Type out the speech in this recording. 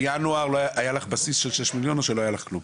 בינואר היה לך בסיס של ששה מיליון או שלא היה לך כלום?